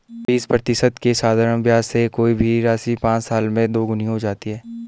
बीस प्रतिशत के साधारण ब्याज से कोई भी राशि पाँच साल में दोगुनी हो जाती है